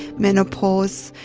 menopause,